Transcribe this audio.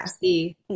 see